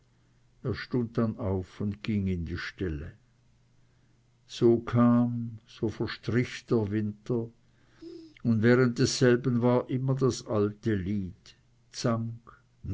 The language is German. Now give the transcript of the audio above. dann auf und ging in die ställe so kam so verstrich der winter und während desselben war immer das alte lied zank